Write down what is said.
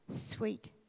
sweet